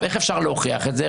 איך אפשר להוכיח את זה?